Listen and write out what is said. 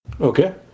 Okay